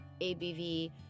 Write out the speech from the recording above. ABV